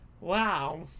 Wow